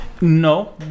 No